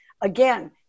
again